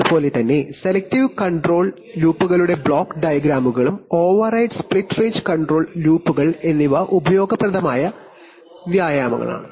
അതുപോലെ തന്നെ selective control ലൂപ്പുകളുടെ ബ്ലോക്ക് ഡയഗ്രമുകളും ഓവർറൈഡ് സ്പ്ലിറ്റ് റേഞ്ച് കൺട്രോൾ ലൂപ്പുകൾ എന്നിവ ഉപയോഗപ്രദമായ വ്യായാമങ്ങളാണ്